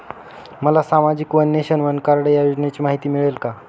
मला सामाजिक one nation, one card या योजनेची माहिती मिळेल का?